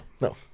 No